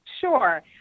sure